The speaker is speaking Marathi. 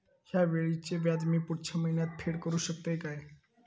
हया वेळीचे व्याज मी पुढच्या महिन्यात फेड करू शकतय काय?